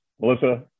Melissa